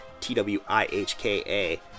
TWIHKA